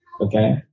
okay